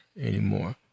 anymore